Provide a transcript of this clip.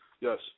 Yes